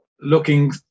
looking